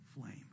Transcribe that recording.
flame